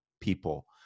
people